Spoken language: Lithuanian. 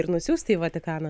ir nusiųsti į vatikaną